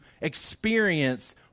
experience